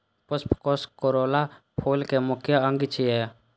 पुष्पकोष कोरोला फूल के मुख्य अंग छियै